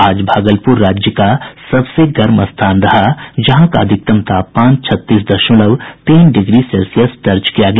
आज भागलपुर राज्य का सबसे गर्म स्थान रहा जहां का अधिकतम तापमान छत्तीस दशमलव तीन डिग्री सेल्सियस दर्ज किया गया